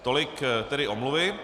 Tolik tedy omluvy.